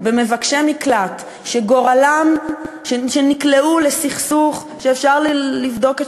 במבקשי מקלט שנקלעו לסכסוך שאפשר לבדוק את